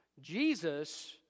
Jesus